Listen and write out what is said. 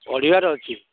ପଢ଼ିବାର ଅଛି